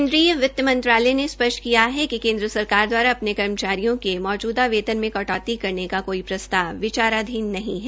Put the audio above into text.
केन्द्रीय वित्तमंत्रालय ने स्प्र्ष्ट किया है कि केन्द्र सरकार दवारा अपने कर्मचारियों के मौजूदा वेतन में कटौती करने का कोई प्रस्ताव विचाराधीन नहीं है